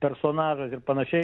personažas ir panašiai